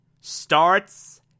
starts